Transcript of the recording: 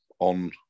on